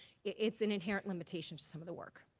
it's an inherent limitation to some of the work.